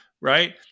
right